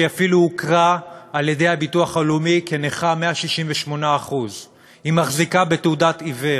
היא אפילו הוכרה כנכה 168%. היא מחזיקה בתעודת עיוור.